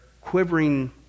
quivering